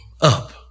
up